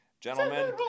Gentlemen